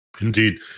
Indeed